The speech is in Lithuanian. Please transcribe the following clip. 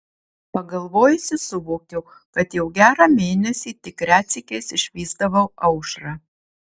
pagalvojusi suvokiau kad jau gerą mėnesį tik retsykiais išvysdavau aušrą